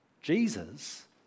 Jesus